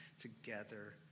together